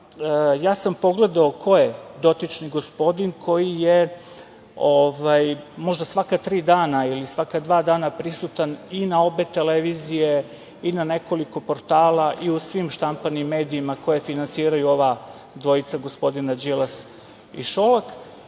ništa. Pogledao sam ko je dotični gospodin koji je možda svaka tri dana ili svaka dva dana prisutan i na obe televizije i na nekoliko portala i u svim štampanim medijima koje finansiraju ova dvojica gospodina, Đilas i Šolak.